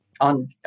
on